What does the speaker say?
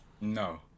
No